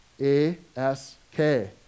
A-S-K